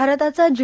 भारताचा जी